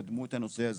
קדמו את הנושא הזה.